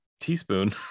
teaspoon